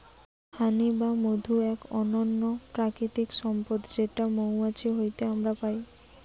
হানি বা মধু এক অনন্য প্রাকৃতিক সম্পদ যেটো মৌমাছি হইতে আমরা পাই